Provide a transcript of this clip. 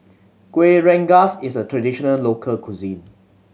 Kueh Rengas is a traditional local cuisine